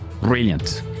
brilliant